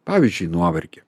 pavyzdžiui nuovargį